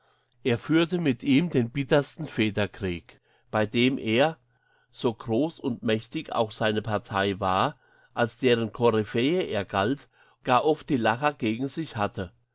er führte mit ihm den bittersten federkrieg bei dem er so groß und mächtig auch seine partei war als deren coryphäe er galt gar oft die lacher gegen sich hatte